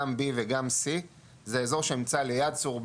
גם B וגם C. זה אזור שנמצא ליד צור באהר,